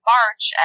March